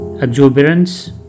exuberance